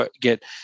get